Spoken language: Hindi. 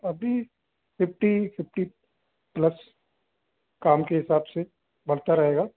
अभी फ़िफ्टी फ़िफ्टी प्लस काम के हिसाब से बढ़ता रहेगा